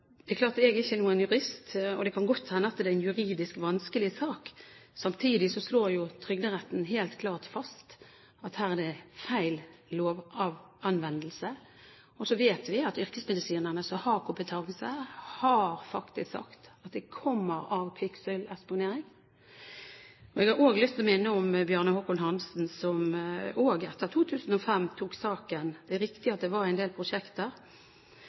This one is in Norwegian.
Trygderetten helt klart fast at her er det feil lovanvendelse, og så vet vi at yrkesmedisinerne som har kompetanse, faktisk har sagt at det kommer av kvikksølveksponering. Jeg har lyst til å minne om Bjarne Håkon Hanssen, som også etter 2005 tok saken. Det er riktig at det var en del prosjekter.